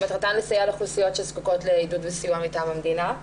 שמטרתן לסייע לאוכלוסיות שזקוקות לעידוד וסיוע מטעם המדינה.